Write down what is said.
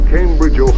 Cambridge